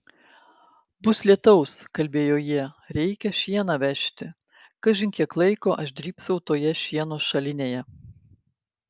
bus lietaus kalbėjo jie reikia šieną vežti kažin kiek laiko aš drybsau toje šieno šalinėje